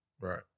Right